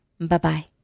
Bye-bye